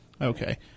Okay